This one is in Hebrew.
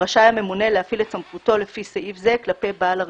רשאי הממונה להפעיל את סמכותו לפי סעיף זה כלפי בעל הרישיון.